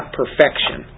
perfection